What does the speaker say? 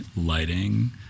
lighting